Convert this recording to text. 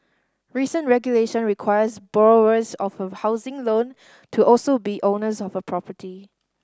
recent regulation requires borrowers of a housing loan to also be owners of a property